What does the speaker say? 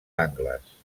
angles